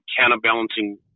counterbalancing